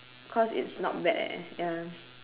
cause it's not bad eh ya